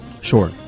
Sure